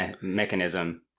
mechanism